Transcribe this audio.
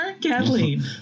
Kathleen